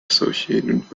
associated